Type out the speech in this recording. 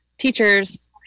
teachers